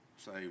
Say